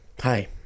Hi